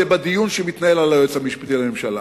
בדיון שמתנהל על היועץ המשפטי לממשלה.